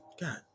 god